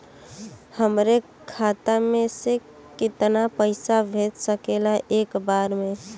हमरे खाता में से कितना पईसा भेज सकेला एक बार में?